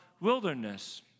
wilderness